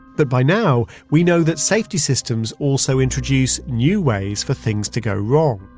but by now, we know that safety systems also introduce new ways for things to go wrong.